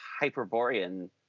Hyperborean